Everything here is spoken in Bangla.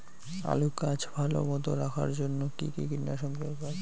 আলুর গাছ ভালো মতো রাখার জন্য কী কী কীটনাশক দরকার?